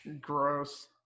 Gross